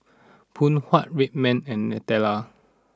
Phoon Huat Red Man and Nutella